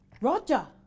Roger